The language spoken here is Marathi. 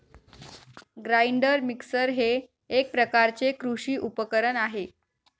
ग्राइंडर मिक्सर हे एक प्रकारचे कृषी उपकरण आहे